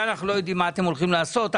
אנחנו לא יודעים מה אתם הולכים לעשות.